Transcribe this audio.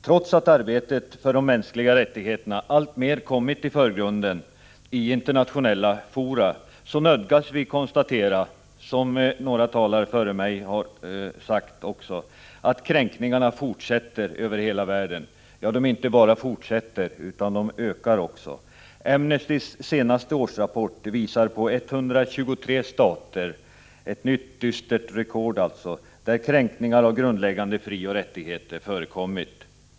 Trots att arbetet för de mänskliga rättigheterna alltmer kommit i förgrundeniinternationella fora, nödgas vi konstatera, som några talare före mig har gjort, att kränkningarna fortsätter över hela världen. Ja, de inte bara fortsätter utan ökar. Amnestys senaste årsrapport visar på 123 stater — ett nytt dystert rekord — där kränkningar av grundläggande frioch rättigheter förekommit.